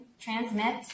transmit